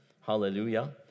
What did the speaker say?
hallelujah